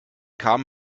kam